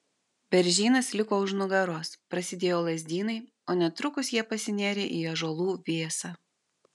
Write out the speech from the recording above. beržynas liko už nugaros prasidėjo lazdynai o netrukus jie pasinėrė į ąžuolų vėsą